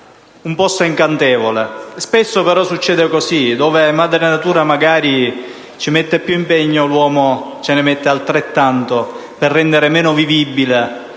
un posto incantevole. Spesso però succede che, dove magari madre natura mette più impegno, l'uomo ce ne mette altrettanto per rendere meno vivibile